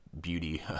beauty